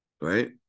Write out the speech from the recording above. right